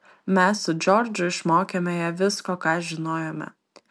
mes su džordžu išmokėme ją visko ką žinojome